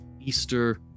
Easter